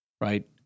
right